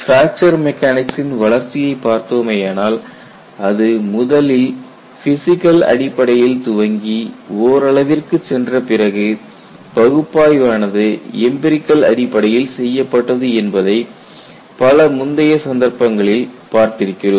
fracture மெக்கானிக்சின் வளர்ச்சியை பார்த்தோமேயானால் அது முதலில் பிசிகல் அடிப்படையில் துவங்கி ஓரளவிற்குச் சென்ற பிறகு பகுப்பாய்வு ஆனது எம்பிரிகல் அடிப்படையில் செய்யப்பட்டது என்பதை பல முந்தைய சந்தர்ப்பங்களில் பார்த்திருக்கிறோம்